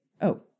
Oh